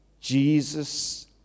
Jesus